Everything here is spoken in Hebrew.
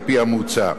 על-פי המוצע.